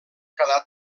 quedar